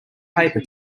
paper